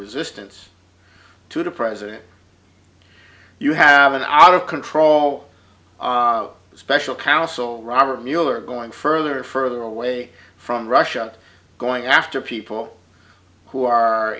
resistance to the president you have an eye out of control special counsel robert mueller going further and further away from russia going after people who are